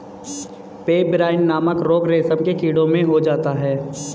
pebrine नामक रोग रेशम के कीड़ों में हो जाता है